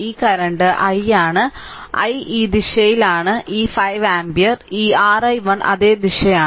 ഈ current i ആണ് i ഈ ദിശയാണ് ഈ 5 ആമ്പിയർ ഇ r i1 അതേ ദിശയാണ്